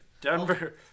Denver